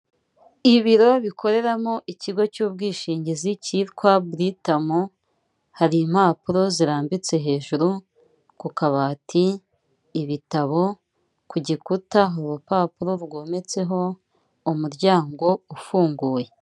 Ibiro bikoreramo ikigo cy'ubwishingizi cyitwa Britam, hari impapuro zirambitse hejuru ku kabati, ibitabo, ku gikuta urupapuro rwometseho, umuryango ufunguye.